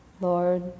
Lord